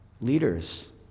Leaders